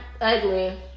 ugly